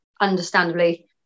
understandably